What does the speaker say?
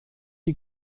die